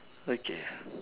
okay